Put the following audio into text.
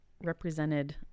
represented